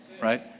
right